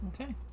Okay